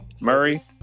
Murray